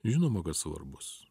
žinoma svarbus